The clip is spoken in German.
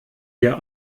hier